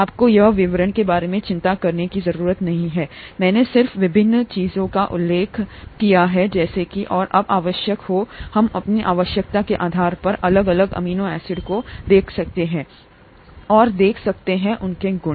आपको यहां विवरणों के बारे में चिंता करने की ज़रूरत नहीं है मैंने सिर्फ विभिन्न चीजों का उल्लेख किया है जैसा कि और जब आवश्यक हो हम अपनी आवश्यकता के आधार पर अलग अलग अमीनो एसिड को देख सकते हैं और देख सकते हैं उनके गुण